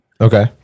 Okay